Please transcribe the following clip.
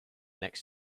next